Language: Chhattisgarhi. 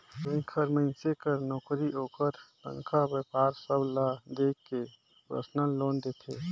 बेंक हर मइनसे कर नउकरी, ओकर तनखा, बयपार सब ल देख के परसनल लोन देथे